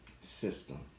system